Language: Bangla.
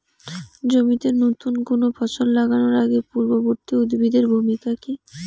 জমিতে নুতন কোনো ফসল লাগানোর আগে পূর্ববর্তী উদ্ভিদ এর ভূমিকা কি?